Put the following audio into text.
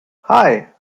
hei